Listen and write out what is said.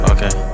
Okay